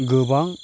गोबां